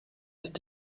ist